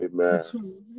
Amen